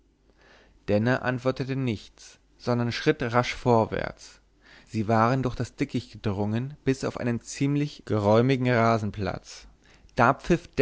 denner antwortete nichts sondern schritt rasch vorwärts sie waren durch das dickicht gedrungen bis auf einen ziemlich geräumigen rasenplatz da pfiff